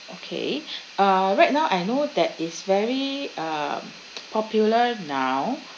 okay uh right now I know that it's very um popular now